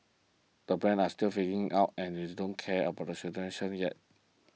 the brands are still figuring out and is don't care about the solution yet